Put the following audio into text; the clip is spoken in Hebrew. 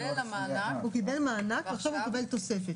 ינואר 2021. הוא קיבל מענק ועכשיו הוא מקבל תוספת.